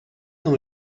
dans